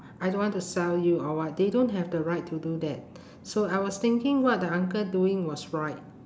I don't want to sell you or what they don't have the right to do that so I was thinking what the uncle doing was right